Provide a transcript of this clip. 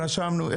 רשמנו.